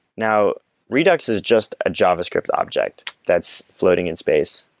now redux is just a javascript object that's floating in space.